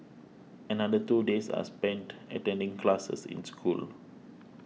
another two days are spent attending classes in school